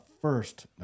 first